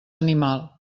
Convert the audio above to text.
animal